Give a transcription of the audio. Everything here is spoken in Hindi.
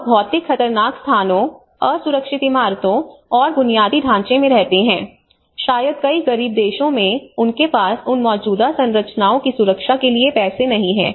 लोग भौतिक खतरनाक स्थानों असुरक्षित इमारतों और बुनियादी ढांचे में रहते हैं शायद कई गरीब देशों में उनके पास उन मौजूदा संरचनाओं की सुरक्षा के लिए पैसे नहीं हैं